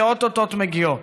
שאו-טו-טו מגיעות,